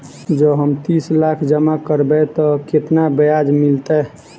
जँ हम तीस लाख जमा करबै तऽ केतना ब्याज मिलतै?